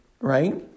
right